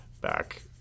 back